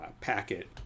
packet